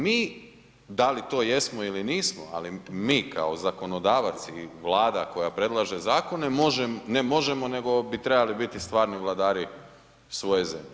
Mi da li to jesmo ili nismo, ali mi kao zakonodavac i vlada koja predlaže zakone, ne možemo, nego bi trebali biti stvari vladari svoje zemlje.